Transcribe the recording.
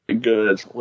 good